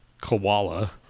koala